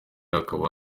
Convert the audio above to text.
akaba